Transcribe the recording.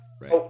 right